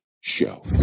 show